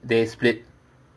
they split